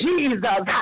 Jesus